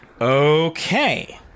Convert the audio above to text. Okay